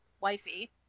wifey